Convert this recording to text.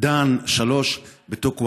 דאן 3 בטקוונדו.